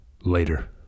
Later